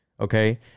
Okay